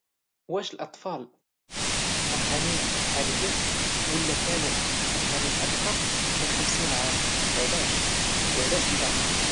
واش الاطفال فرحانين حاليا ولا كانوا فرحانين اكثر من خمسين عام علاش وعلاش لا؟